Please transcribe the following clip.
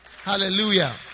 Hallelujah